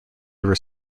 river